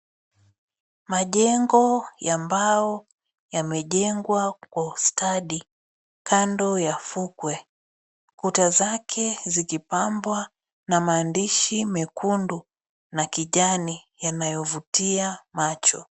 Majengo ya mbao yamejengwa kwa ustadi kando ya fukwe kuta zake zikipambwa na maandishi mekundu na kijani yanayovutia macho.